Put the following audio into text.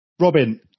Robin